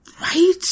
Right